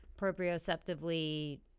proprioceptively